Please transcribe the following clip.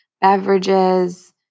beverages